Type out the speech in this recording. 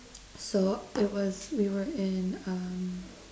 so it was we were in uh